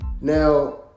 now